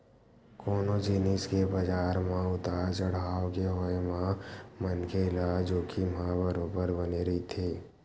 कोनो जिनिस के बजार म उतार चड़हाव के होय म मनखे ल जोखिम ह बरोबर बने रहिथे